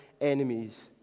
enemies